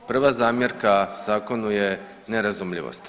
Prva zamjerka zakonu je nerazumljivost.